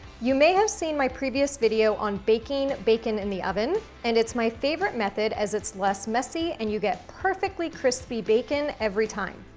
you may have see and my previous video on baking bacon in the oven, and it's my favorite method, as it's less messy and you get perfectly crispy bacon every time.